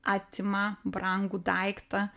atima brangų daiktą